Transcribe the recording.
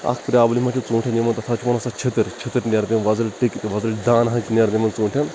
اَکھ پرابلِم چھِ تَتھ ژوٗنٛٹھؠن یِمَن گژھان تِمَن گژھان چھِتٕر چھِتٕر نیران تِم وَزٕلۍ ٹیٚکۍ تِم وَزٕلۍ دانہٕ حظ چھِ نیران تِمَن ژونٛٹھؠن